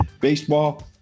baseball